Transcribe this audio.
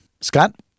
Scott